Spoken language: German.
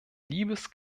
liebes